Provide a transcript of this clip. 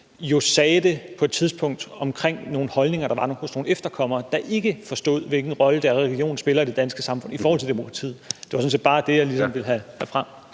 sagde det på et tidspunkt om nogle holdninger, der var hos nogle efterkommere, der ikke forstod, hvilken rolle religion spiller i det danske samfund i forhold til demokratiet. Det var sådan set bare det, jeg ligesom ville have frem.